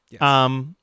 Yes